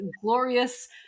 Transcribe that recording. glorious